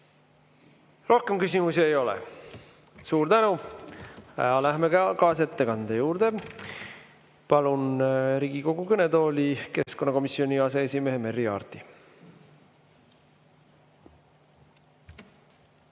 Rohkem küsimusi ei ole. Suur tänu! Läheme kaasettekande juurde. Palun Riigikogu kõnetooli keskkonnakomisjoni aseesimehe Merry Aarti.